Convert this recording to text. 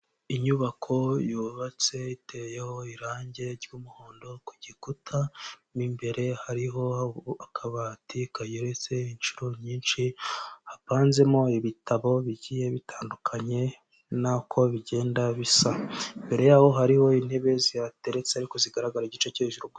Inyubako yubatse iteyeho irangi ry'umuhondo ku gikuta, mo imbere hariho akabati kagereretse inshuro nyinshi hapanzemo ibitabo bigiye bitandukanye nako bigenda bisa, imbere yaho hariho intebe zihateretse ariko zigaragara igice cyo hejuru gusa.